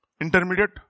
intermediate